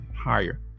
higher